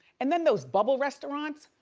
and then those bubble restaurants.